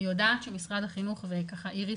אני יודעת שמשרד החינוך וככה איריס